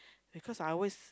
because I always